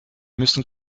müssen